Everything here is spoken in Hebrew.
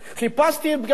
חיפשתי גם,